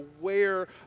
aware